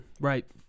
Right